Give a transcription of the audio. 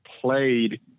played